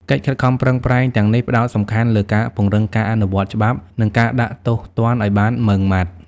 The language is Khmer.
កិច្ចខិតខំប្រឹងប្រែងទាំងនេះផ្តោតសំខាន់លើការពង្រឹងការអនុវត្តច្បាប់ និងការដាក់ទោសទណ្ឌឲ្យបានម៉ឺងម៉ាត់។